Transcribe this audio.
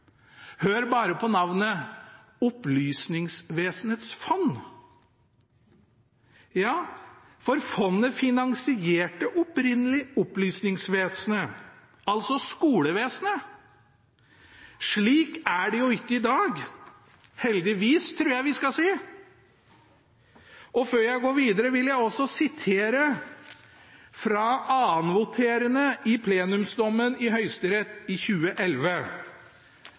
bare på navnet: Opplysningsvesenets fond. Ja, for fondet finansierte opprinnelig opplysningsvesenet, altså skolevesenet. Slik er det ikke i dag – heldigvis, tror jeg vi skal si. Før jeg går videre vil jeg også sitere fra annenvoterende i plenumsdommen i Høyesterett i